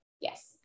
yes